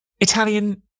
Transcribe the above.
Italian